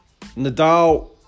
Nadal